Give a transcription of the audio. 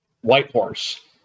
Whitehorse